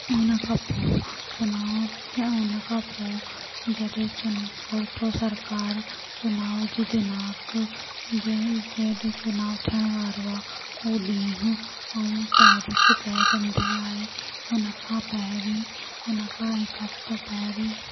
उन खां पोइ ऐं चुनाव ऐं उन खां पोइ जॾहिं चुन और पोइ सरकार चुनाव जी दिनांक जे जंहिं ॾींहुं चुनाव थियण वारो आहे हू ॾींहुं ऐं तारीख़ु तइ कंदी आहे उन खां पहिरीं उन खां हिकु हफ़्तो पहिरीं